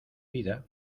vida